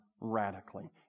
radically